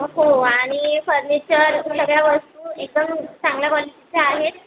हो आणि फर्निचर सगळ्या वस्तू एकदम चांगल्या क्वालिटीच्या आहेत